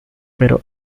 pero